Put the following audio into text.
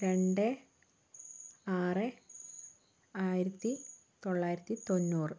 രണ്ട് ആറ് ആയിരത്തി തൊള്ളായിരത്തി തൊണ്ണൂറ്